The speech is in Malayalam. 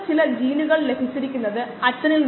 ഇത് 5 ആയി മാറുന്നു ശരിയാണ്